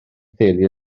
theulu